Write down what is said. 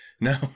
no